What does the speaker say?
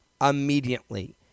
immediately